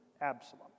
Absalom